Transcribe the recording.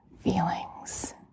feelings